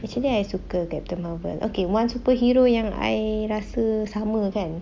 actually I suka captain marvel okay one superhero yang I rasa sama kan